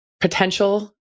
potential